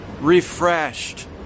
refreshed